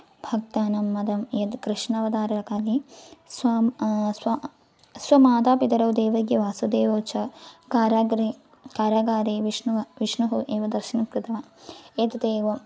भक्तानां मतं यद् कृष्णवदारकाले स्वां स्व स्वमातापितरौ देवग्यवासुदेवौ च कारागृहे कारागारे विष्णुः विष्णुः एव दर्शनं कृतवान् एतदेव